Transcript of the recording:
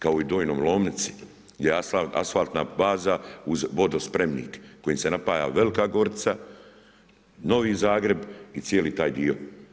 Kao i u Donjoj Lomnici, gdje je asfaltna baza uz vodospremnik, kojim se napaja Velika Gorica, Novi Zagreb i cijeli taj dio.